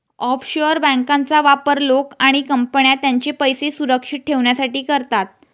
offshore बँकांचा वापर लोक आणि कंपन्या त्यांचे पैसे सुरक्षित ठेवण्यासाठी करतात